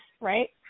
right